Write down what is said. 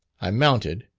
i mounted,